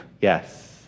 Yes